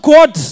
God